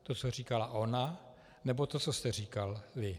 To, co říkala ona, nebo to, co jste říkal vy?